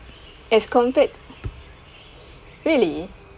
as compared t~ really